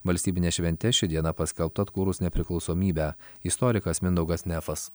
valstybine švente ši diena paskelbta atkūrus nepriklausomybę istorikas mindaugas nefas